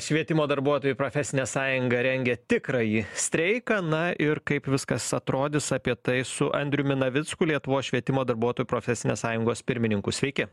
švietimo darbuotojų profesinė sąjunga rengia tikrąjį streiką na ir kaip viskas atrodys apie tai su andriumi navicku lietuvos švietimo darbuotojų profesinės sąjungos pirmininku sveiki